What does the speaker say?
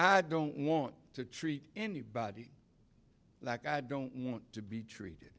i don't want to treat anybody like i don't want to be treated